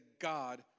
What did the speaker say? God